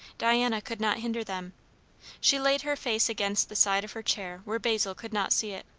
diana could not hinder them she laid her face against the side of her chair where basil could not see it.